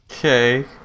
Okay